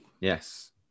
Yes